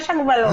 יש הגבלות.